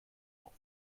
auf